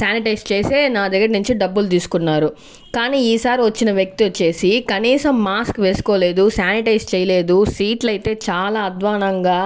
sanitise చేసే నా దగ్గర నించి డబ్బులు తీసుకున్నారు కానీ ఈసారి వచ్చిన వ్యక్తి వచ్చేసి కనీసం మాస్క్ వేసుకోలేదు శానిటైజ్ చేయలేదు సీట్లయితే చాలా అధ్వానంగా